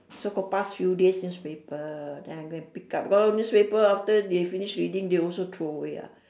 so called past few days newspaper then I go and pickup because newspaper after they finish reading they also throw away what